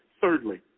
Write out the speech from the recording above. Thirdly